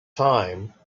time